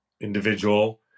individual